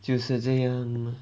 就是这样